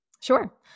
Sure